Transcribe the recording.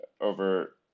over